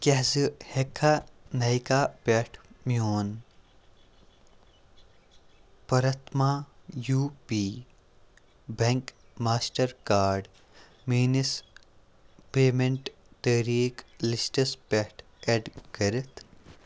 کیٛاہ ژٕ ہٮ۪کہٕ کھا نایکا پٮ۪ٹھ میون پرٛتھما U P bank master card میٛٲنِس پیمٮ۪نٛٹ طریٖق لِسٹَس پٮ۪ٹھ اٮ۪ڈ کٔرِتھ